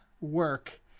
work